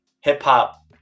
hip-hop